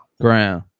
Ground